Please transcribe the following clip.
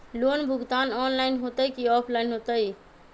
Loan भुगतान online होतई कि ऑफलाइन होतई?